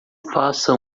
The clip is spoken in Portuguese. faça